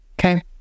okay